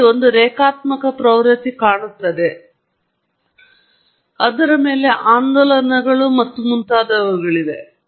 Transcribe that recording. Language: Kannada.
ಅಲ್ಲಿ ಒಂದು ರೇಖಾತ್ಮಕ ಪ್ರವೃತ್ತಿ ಇದೆ ಮತ್ತು ಅದರ ಮೇಲೆ ಅದರ ಮೇಲೆ ಆಂದೋಲನಗಳು ಮತ್ತು ಮುಂತಾದವುಗಳಿವೆ